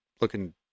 looking